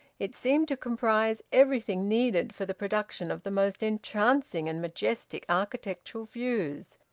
it seemed to comprise everything needed for the production of the most entrancing and majestic architectural views,